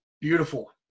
Beautiful